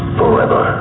forever